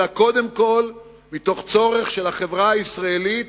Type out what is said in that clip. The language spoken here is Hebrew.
אלא קודם כול בגלל צורך של החברה הישראלית,